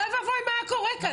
אוי ואבוי מה היה קורה כאן,